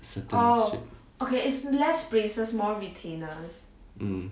certain shape mm